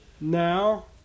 now